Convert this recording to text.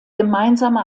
gemeinsame